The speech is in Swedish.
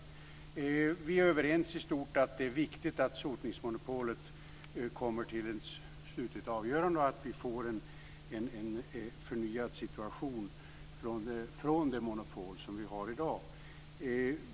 Vi är i stort överens om att det är viktigt att det kommer till ett slutligt avgörande beträffande sotningsmonopolet och att vi får en situation som skiljer sig från det monopol som vi har i dag.